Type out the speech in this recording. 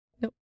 Nope